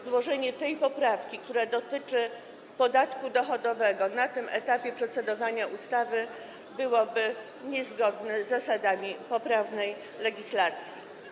Złożenie tej poprawki, która dotyczy podatku dochodowego, na tym etapie procedowania ustawy byłoby niezgodne z zasadami poprawnej legislacji.